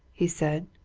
he said.